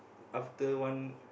after one